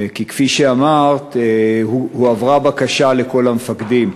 כי, כפי שאמרת, הועברה בקשה לכל המפקדים.